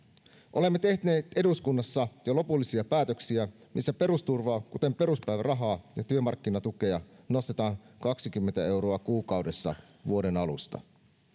olemme tehneet eduskunnassa jo lopullisia päätöksiä missä perusturvaa kuten peruspäivärahaa ja työmarkkinatukea nostetaan kaksikymmentä euroa kuukaudessa vuoden alusta